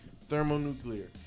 thermonuclear